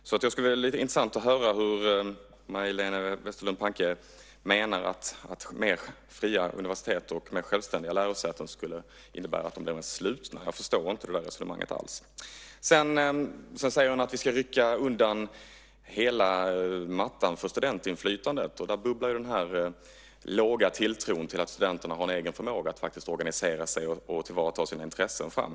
Det skulle vara lite intressant att höra hur Majléne Westerlund Panke menar att friare universitet och mer självständiga lärosäten skulle innebära att de blir slutna. Jag förstår inte det resonemanget alls. Sedan säger hon att vi ska rycka undan mattan för studentinflytandet. Där bubblar den låga tilltron till att studenterna har en egen förmåga att organisera sig och tillvarata sina intressen fram.